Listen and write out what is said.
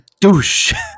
douche